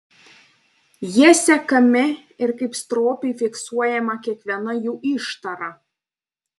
jie sekami ir kaip stropiai fiksuojama kiekviena jų ištara